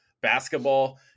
basketball